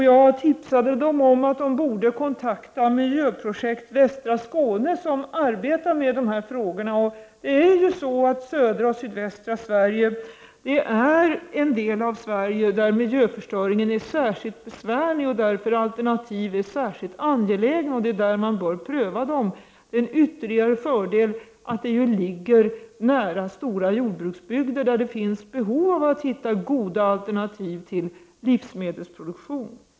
Jag tipsade dem om att de borde kontakta Miljöprojekt västra Skåne, som arbetar med de här frågorna. I södra och sydvästra Sverige är ju miljöförstöringen särskilt besvärlig. Därför är alternativ särskilt angelägna där, och det är där man bör pröva dem. En ytterligare fördel är att området ju ligger nära stora jord bruksbygder där det finns behov av att hitta goda alternativ till livsmedelsproduktion.